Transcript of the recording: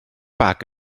bag